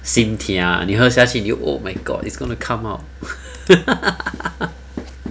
sim tia ah 你喝下去你就 oh my god it's going to come out